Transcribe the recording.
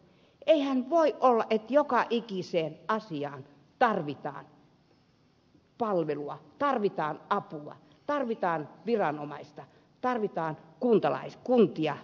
eihän voi olla että joka ikiseen asiaan tarvitaan palvelua tarvitaan apua tarvitaan viranomaista tarvitaan kuntia tukemaan